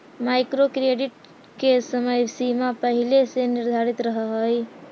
micro credit के समय सीमा पहिले से निर्धारित रहऽ हई